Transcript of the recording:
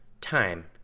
time